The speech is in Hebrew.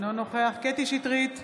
אינו נוכח קטי קטרין שטרית,